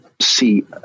see